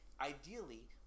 Ideally